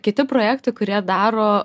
kiti projektai kurie daro